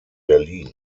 berlin